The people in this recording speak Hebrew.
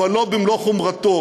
אבל לא במלוא חומרתו.